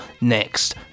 next